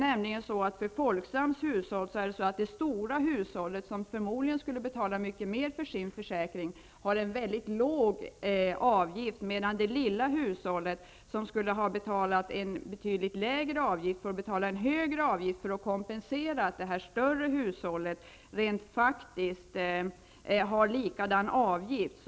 När det gäller Folksams hushåll är det nämligen så, att de stora hushållen som förmodligen skulle betala mycket mer för sin försäkring har en mycket låg avgift, medan det lilla hushållet som skulle ha betalat en betydligt lägre avgift får betala en högre avgift för att kompensera att det större hushållet rent faktiskt har en lika stor avgift.